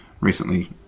recently